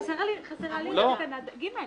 חסרה לה לי תקנה (ג).